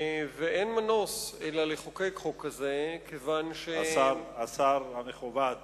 ואין מנוס אלא לחוקק חוק כזה, כיוון, השר המכובד,